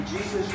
Jesus